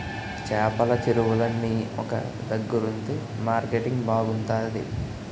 చేపల చెరువులన్నీ ఒక దగ్గరుంతె మార్కెటింగ్ బాగుంతాది